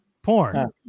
porn